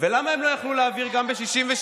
ולמה הם לא יכלו להעביר גם ב-66%?